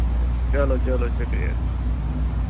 A چلو چلو شُکریہ